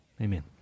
amen